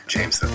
James